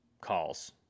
calls